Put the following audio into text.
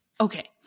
Okay